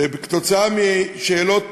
זה שכתוצאה משאלות